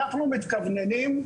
אנחנו מתכווננים,